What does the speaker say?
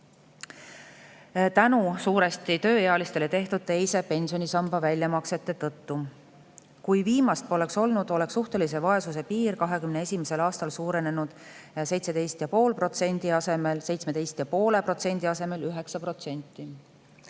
suuresti tööealistele tehtud teise pensionisamba väljamaksete tõttu. Kui viimast poleks olnud, oleks suhtelise vaesuse piir 2021. aastal suurenenud 17,5% asemel 9%.